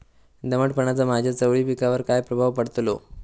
दमटपणाचा माझ्या चवळी पिकावर काय प्रभाव पडतलो?